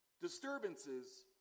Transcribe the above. Disturbances